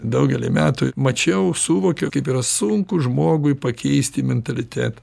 daugelį metų mačiau suvokiau kaip yra sunku žmogui pakeisti mentalitetą